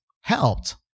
helped